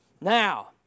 Now